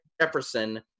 Jefferson